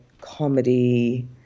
comedy